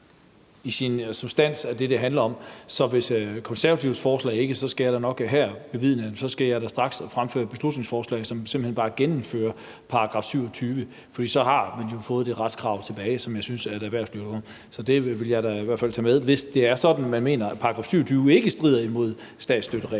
i sin substans handler om, så hvis Konservatives forslag ikke gør, skal jeg her bevidne, at jeg da straks vil fremsætte et beslutningsforslag, som simpelt hen bare genindfører § 27. For så har man jo fået det retskrav tilbage, som jeg synes erhvervslivet skal have. Så det vil jeg da i hvert fald tage med, hvis det er sådan, at man mener, at § 27 ikke strider imod statsstøttereglerne,